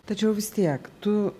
tačiau vis tiek tu